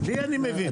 לי אני מבין.